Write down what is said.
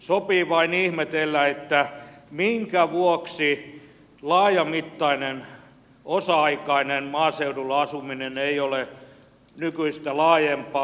sopii vain ihmetellä minkä vuoksi laajamittainen osa aikainen maaseudulla asuminen ei ole nykyistä laajempaa